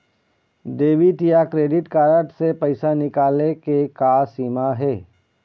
Debit या credit card से पैसा निकाले के का सीमा हे?